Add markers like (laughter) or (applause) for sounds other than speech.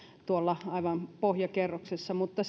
tuolla aivan pohjakerroksessa mutta (unintelligible)